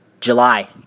July